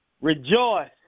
rejoice